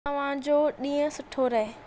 तव्हां जो ॾींहुं सुठो रहे